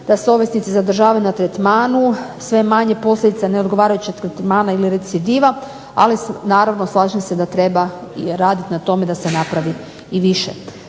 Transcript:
da se ovisnici zadržavaju na tretmanu, sve je manje posljedica neodgovarajućeg tretmana ili recidiva ali slažem se da treba raditi na tome da se napravi i više.